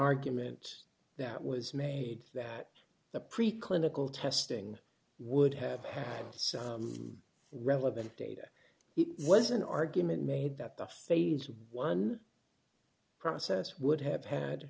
argument that was made that the pre clinical testing would have had some relevant data it was an argument made that the phase one process would have had